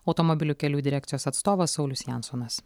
automobilių kelių direkcijos atstovas saulius jansonas